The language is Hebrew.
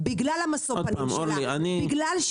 עובד משרד לא יכול להגיד מה שלי מותר,